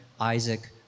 Isaac